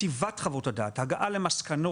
כתיבת חוות הדעת, הגעה למסקנות,